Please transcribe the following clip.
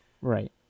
Right